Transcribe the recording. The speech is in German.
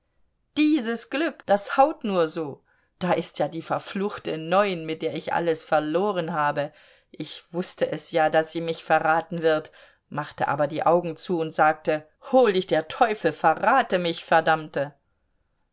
dieses glück das haut nur so da ist ja die verfluchte neun mit der ich alles verloren habe ich wußte es ja daß sie mich verraten wird machte aber die augen zu und sagte hol dich der teufel verrate mich verdammte